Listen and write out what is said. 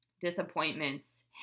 disappointments